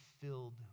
filled